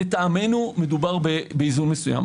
לטעמנו מדובר באיזון מסוים.